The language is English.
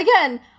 again